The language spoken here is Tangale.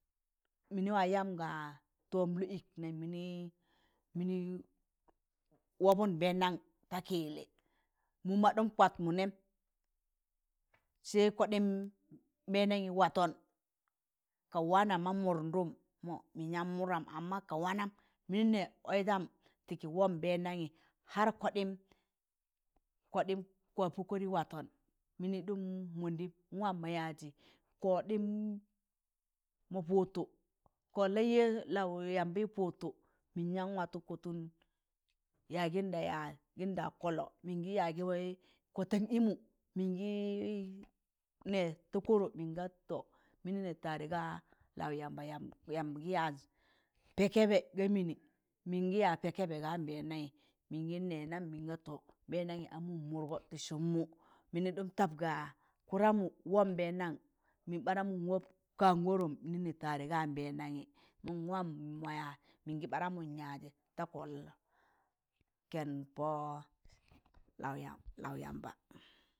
Mịnị waa yaam ga tọm lọọ ik nam mịnị waa wọbụm nbẹndam ta kịyịllị mụm maa ɗụm kụlat mụ nẹm sai kọɗịn nbẹndamị watọn ka waana ma mụdụndụm mọ mịn yaan mụdam amma ka wanam mịnị oizam tịị kị wọb nbẹndamị har kọɗịịm kọɗịịm kwa pọ kọrị watọn mịnị ɗum mọndịm mwam ma yaịzị kọɗịịm mọ pụtọ kọt laị laụ yambị mọ pụtọ mịnyam watọ kọtụn yaagịn da yaịz gịnda kọllọ mịngị yaịzgị waị kwatụn ịmụ mingị nẹẹ ta kọrọ mịnga to mịnị nẹ tare ga laụ yamba, yamb gị yaịz pẹẹ kẹẹbẹ ga mịnị mịngị ya pẹẹ kẹẹbẹ ga nbẹndanyị mịngị nẹịz nam mịnga to mẹmdanyi a mụm mụdgọ tị sym mụ mịnị ɗụm tap ga kụdamụ wọb nbẹndam mịn baaramụ wọb kan gọrọm mịnị nẹẹ tare ga nbẹndanị a waam mọ yaa mịngị ɓaaramụn yaịzị ta kọl kẹnd pọ laụ yam- lau yamba.